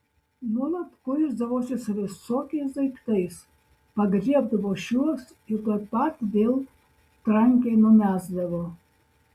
nuolat kuisdavosi su visokiais daiktais pagriebdavo šiuos ir tuoj pat vėl trankiai numesdavo